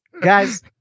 Guys